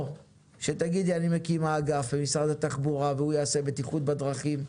או שתגידי שאת מקימה אגף במשרד התחבורה והוא יעשה בטיחות בדרכים,